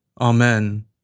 Amen